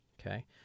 okay